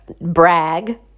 brag